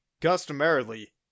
customarily